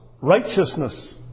righteousness